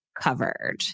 covered